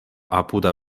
apuda